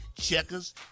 checkers